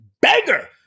beggar